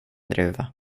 druva